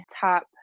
top